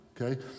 Okay